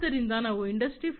ಆದ್ದರಿಂದ ನಾವು ಇಂಡಸ್ಟ್ರಿ 4